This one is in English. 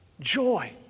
Joy